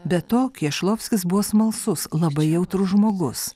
be to kiešlovskis buvo smalsus labai jautrus žmogus